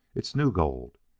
it's new gold.